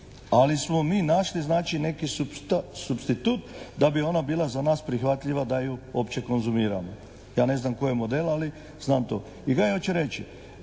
Ali smo mi našli znači neki supstitut da bi ona bila za nas prihvatljiva da ju uopće konzumiramo. Ja ne znam koje modele ali znam to. I kaj hoću reći.